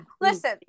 Listen